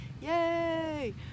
yay